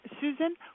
Susan